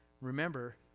remember